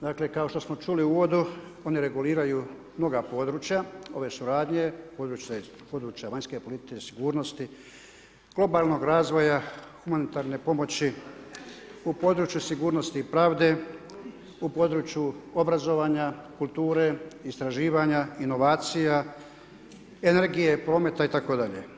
Dakle kao što smo čuli u uvodu oni reguliraju mnoga područja ove suradnje, područja vanjske sigurnosti, globalnog razvoja, humanitarne pomoći, u području sigurnosti i pravde, u području obrazovanja, kulture, istraživanja, inovacija, energije, prometa itd.